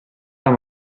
amb